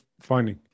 finding